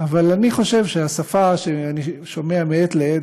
אבל אני חושב שהשפה שאני שומע מעת לעת,